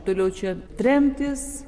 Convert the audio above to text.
toliau čia tremtys